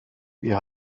wir